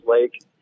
Lake